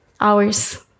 hours